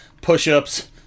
push-ups